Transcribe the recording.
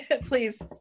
please